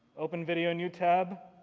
open video, new tab.